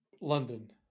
London